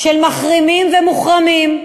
של מחרימים ומוחרמים,